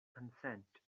consent